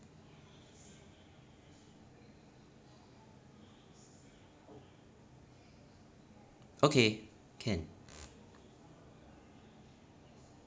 okay can